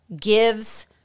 gives